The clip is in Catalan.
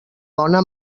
dona